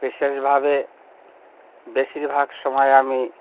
বিশেষভাবে বেশির ভাগ সময় আমি